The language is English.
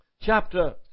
chapter